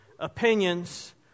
opinions